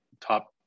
top